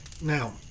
Now